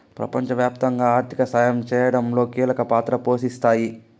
ప్రపంచవ్యాప్తంగా ఆర్థిక సాయం చేయడంలో కీలక పాత్ర పోషిస్తాయి